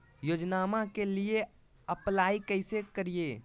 योजनामा के लिए अप्लाई कैसे करिए?